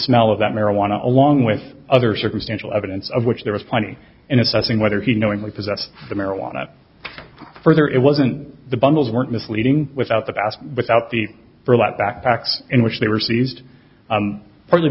smell of that marijuana along with other circumstantial evidence of which there was plenty in assessing whether he knowingly possessed the marijuana further it wasn't the bundles weren't misleading without the pass without the burlap backpacks in which they were seized partly